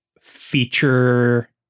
feature